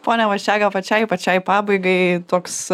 pone vaščega pačiai pačiai pabaigai toks